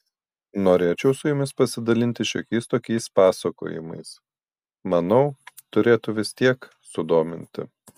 norėčiau su jumis pasidalinti šiokiais tokiais pasakojimais manau turėtų vis tiek sudominti